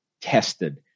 tested